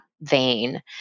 vein